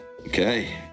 okay